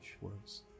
words